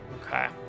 Okay